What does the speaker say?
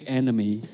enemy